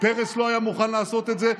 פרס לא היה מוכן לעשות את זה,